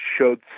showed